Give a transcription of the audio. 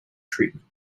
treatment